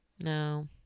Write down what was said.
No